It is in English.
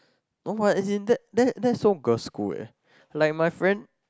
oh found as in that that that so girl's school eh like my friend